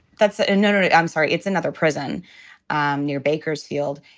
that's ah another. i'm sorry. it's another prison um near bakersfield.